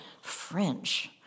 French